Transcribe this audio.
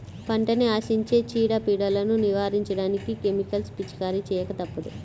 పంటని ఆశించే చీడ, పీడలను నివారించడానికి కెమికల్స్ పిచికారీ చేయక తప్పదు